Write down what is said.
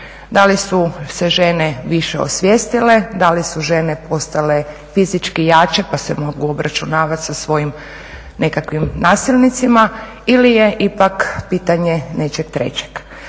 da li su se žene više osvijestile, da li su žene postale fizički jače pa se mogu obračunavat sa svojim nekakvim nasilnicima ili je ipak pitanje nečeg trećeg.